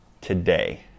today